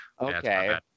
Okay